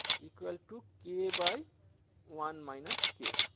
equal to k by one minus k.